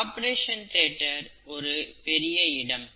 operation theatre ஒரு பெரிய இடம்